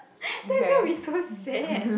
that that will so sad